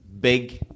Big